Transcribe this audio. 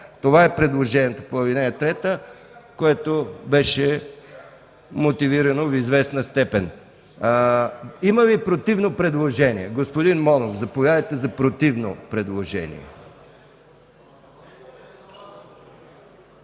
Това е предложението по ал. 3, което беше мотивирано в известна степен. Има ли противно предложение? Господин Монов, заповядайте за противно предложение.